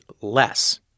less